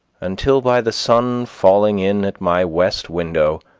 until by the sun falling in at my west window,